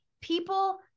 people